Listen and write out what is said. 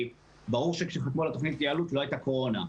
ברור שכשחתמו על תוכנית ההתייעלות לא הייתה קורונה.